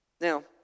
Now